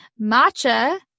Matcha